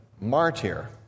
Martyr